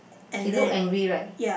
he look angry right